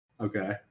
Okay